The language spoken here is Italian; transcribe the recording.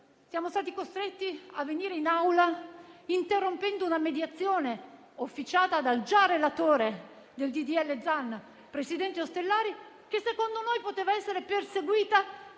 Siamo stati costretti a venire in Aula interrompendo una mediazione officiata dal già relatore del disegno di legge Zan, il presidente Ostellari, che secondo noi poteva essere perseguita